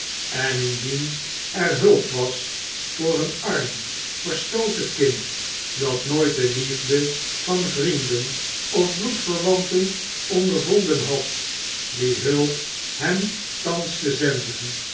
en indien er hulp was voor een arm verstooten kind dat nooit de liefde van vrienden of bloedverwanten ondervonden had die hulp hem thans te zenden